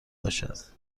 باشد